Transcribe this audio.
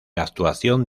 actuación